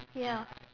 ya